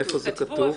איפה זה כתוב?